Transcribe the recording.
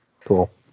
Cool